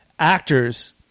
Actors